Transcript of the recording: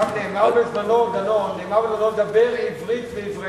דנון, אגב, בזמנו, נאמר: דבר עברית והבראת.